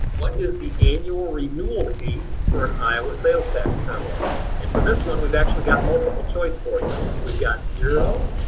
what is the annual renewal fee for an iowa sales tax permit? and for this one we've actually got multiple choice for you. we've got zero.